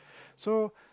so